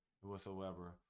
whatsoever